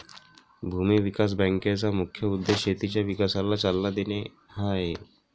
भूमी विकास बँकेचा मुख्य उद्देश शेतीच्या विकासाला चालना देणे हा आहे